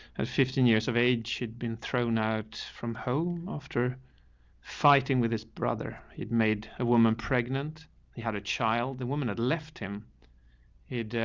at fifteen years of age, she had been thrown out from hoe. after fighting with his brother, he'd made a woman pregnant. he had a child. the woman had left him it,